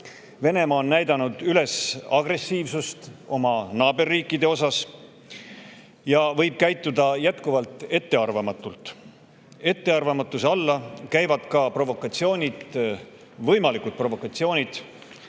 Venemaa on näidanud üles agressiivsust oma naaberriikide vastu ja võib käituda jätkuvalt ettearvamatult. Ettearvamatuse alla käivad ka provokatsioonid, võimalikud provokatsioonid